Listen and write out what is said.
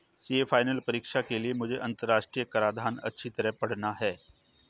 CA final परीक्षा के लिए मुझे अंतरराष्ट्रीय कराधान अच्छी तरह पड़ना है